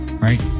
right